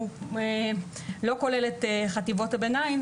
לא כולל את חטיבות הביניים.